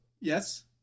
Yes